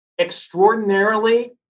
extraordinarily